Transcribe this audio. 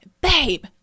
Babe